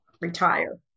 retire